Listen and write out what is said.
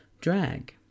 drag